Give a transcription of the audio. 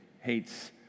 hates